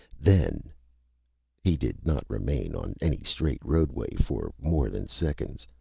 then he did not remain on any straight roadway for more than seconds.